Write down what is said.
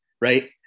Right